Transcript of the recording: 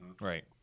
right